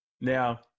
Now